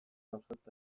ausartu